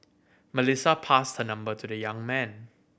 Melissa passed her number to the young man